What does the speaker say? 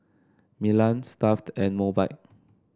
Milan Stuff'd and Mobike